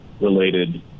related